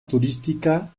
turística